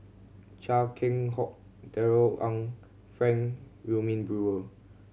Chia Keng Hock Darrell Ang Frank Wilmin Brewer